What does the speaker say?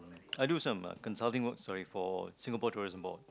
I do some uh consulting work sorry for Singapore-Tourism-Board